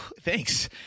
thanks